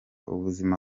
ubuzima